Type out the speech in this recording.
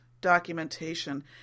documentation